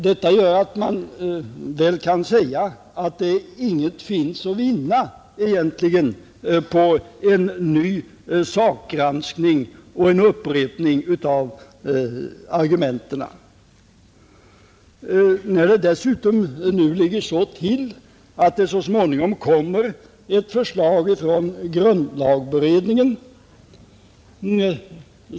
Det finns därför egentligen ingenting att vinna på en ny sakgranskning och en upprepning av argumenten. Dessutom kommer det så småningom ett förslag från grundlagberedningen.